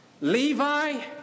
Levi